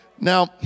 Now